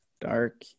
Dark